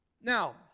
Now